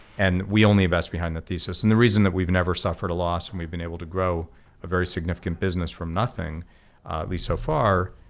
and we only invest behind that thesis. and the reason that we've never suffered a loss, and we've been able to grow a very significant business from nothing, at least so far,